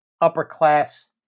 upper-class